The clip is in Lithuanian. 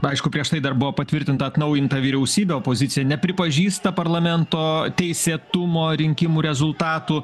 aišku prieš tai dar buvo patvirtinta atnaujinta vyriausybė opozicija nepripažįsta parlamento teisėtumo rinkimų rezultatų